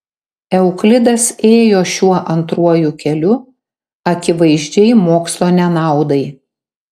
euklidas ėjo šiuo antruoju keliu akivaizdžiai mokslo nenaudai